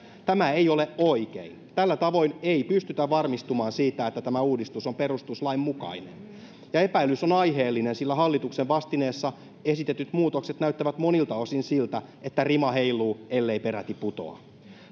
tämä ei ole oikein tällä tavoin ei pystytä varmistumaan siitä että tämä uudistus on perustuslain mukainen ja epäilys on aiheellinen sillä hallituksen vastineessa esitetyt muutokset näyttävät monilta osin siltä että rima heiluu ellei peräti putoa